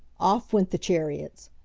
off went the chariots!